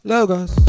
Logos